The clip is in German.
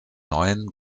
neuen